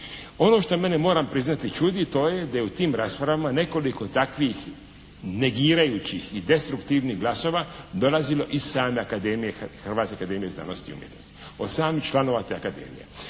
Ono što mene moram priznati čudi to je da je u tim raspravama nekoliko takvih negirajućih i destruktivnih glasova dolazilo iz same akademije, Hrvatske akademije znanosti i umjetnosti. Od samih članova te Akademije.